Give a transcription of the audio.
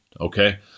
okay